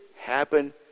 happen